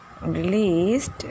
Released